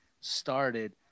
started